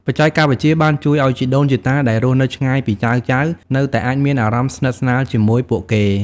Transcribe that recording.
បច្ចេកវិទ្យបានជួយឱ្យជីដូនជីតាដែលរស់នៅឆ្ងាយពីចៅៗ នៅតែអាចមានអារម្មណ៍ស្និទ្ធស្នាលជាមួយពួកគេ។